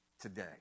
today